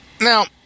now